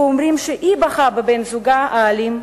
ואומרים שהיא בחרה בבן-זוגה האלים,